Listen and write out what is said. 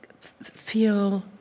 feel